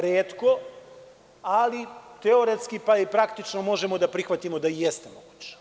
Retko, ali teoretski pa i praktično možemo da prihvatimo da i jeste moguće.